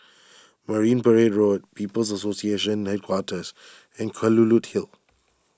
Marine Parade Road People's Association Headquarters and Kelulut Hill